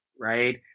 right